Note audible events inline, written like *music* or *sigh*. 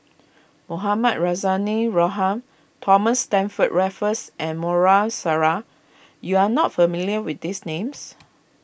Mohamed Rozani *unintelligible* Thomas Stamford Raffles and Maarof Salleh you are not familiar with these names